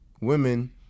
women